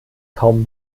kaum